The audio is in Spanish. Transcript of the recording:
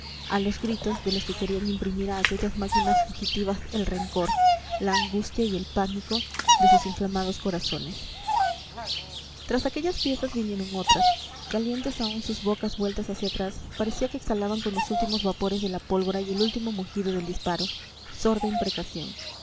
a los gritos de los que querían imprimir a aquellas máquinas fugitivas el rencor la angustia y el pánico de sus inflamados corazones tras aquellas piezas vinieron otras calientes aún sus bocas vueltas hacia atrás parecía que exhalaban con los últimos vapores de la pólvora y el último mugido del disparo sorda imprecación